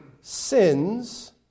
sins